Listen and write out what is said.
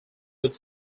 would